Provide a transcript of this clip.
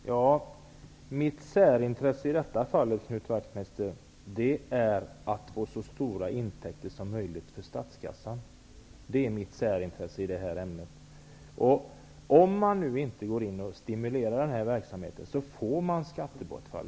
Herr talman! Mitt särintresse i detta fall, Knut Wachtmeister, gäller att få så stora intäkter som möjligt till statskassan. Det är mitt särintresse i detta ämne. Om man nu inte går in och stimulerar denna verksamhet kommer man att få ett skattebortfall.